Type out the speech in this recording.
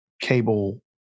cable